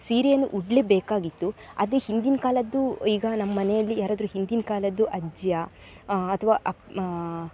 ಸೀರೆಯನ್ನು ಉಡಲೇಬೇಕಾಗಿತ್ತು ಅದೇ ಹಿಂದಿನ ಕಾಲದ್ದು ಈಗ ನಮ್ಮ ಮನೆಯಲ್ಲಿ ಯಾರಾದ್ರೂ ಹಿಂದಿನ ಕಾಲದ್ದು ಅಜ್ಜಿಯ ಅಥ್ವಾ ಅಪ್ಪ